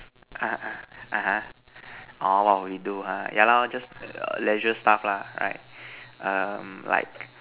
ah (uh huh) orh what would you do ha yeah lor just Leisure stuff lah right um like